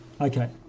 Okay